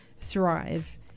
thrive